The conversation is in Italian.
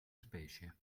specie